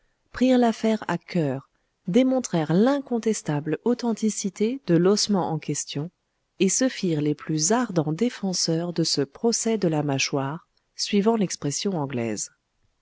prirent l'affaire à coeur démontrèrent l'incontestable authenticité de l'ossement en question et se firent les plus ardents défenseurs de ce procès de la mâchoire suivant l'expression anglaise